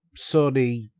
Sony